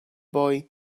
boy